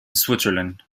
switzerland